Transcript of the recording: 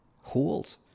hold